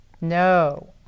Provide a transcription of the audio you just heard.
No